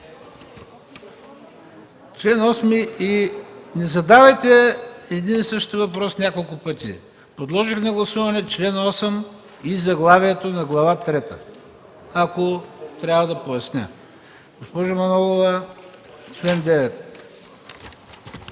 и ДПС.) Не задавайте един и същи въпрос няколко пъти! Подложих на гласуване чл. 8 и заглавието на Глава трета, ако трябва да поясня. Госпожо Манолова чл. 9.